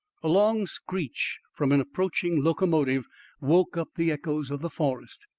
a long screech from an approaching locomotive woke up the echoes of the forest.